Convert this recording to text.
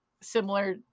similar